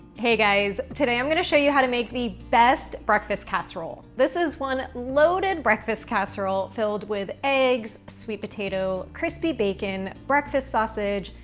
hey, guys, today i'm gonna show you how to make the best breakfast casserole. this is one loaded breakfast casserole filled with eggs, sweet potato, crispy bacon, breakfast sausage,